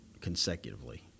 consecutively